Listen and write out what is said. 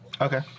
Okay